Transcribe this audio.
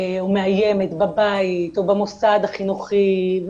או מאיימת בבית או במוסד החינוכי,